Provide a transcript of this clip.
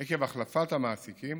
עקב החלפת המעסיקים